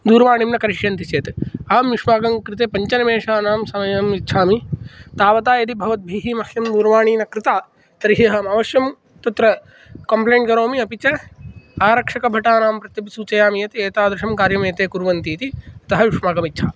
दूरवाणीं न करिष्यन्ति चेत् अहं युष्माकं कृते पञ्चनिमेषानाम् समयं यच्छामि तावता यदि भवद्भिः मह्यं दूरवाणी न कृता तर्हि अहम् अवश्यं तत्र कम्प्लेण्ट् करोमि अपि च आरक्षकभटानां कृतेऽपि सूचयामि यत् एतादृशं कार्यम् एते कुर्वन्ति इति अतः युष्माकम् इच्छा